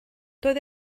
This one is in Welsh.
doedd